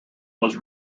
was